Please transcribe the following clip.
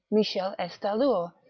michel estallure,